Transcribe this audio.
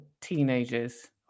teenagers